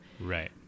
Right